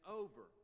over